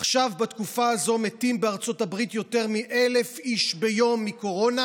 עכשיו בתקופה הזאת מתים בארצות הברית יותר מ-1,000 איש ביום מקורונה,